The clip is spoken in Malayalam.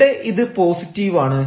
ഇവിടെ ഇത് പോസിറ്റീവാണ്